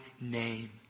name